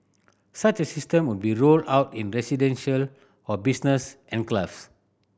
such a system would be rolled out in residential or business enclaves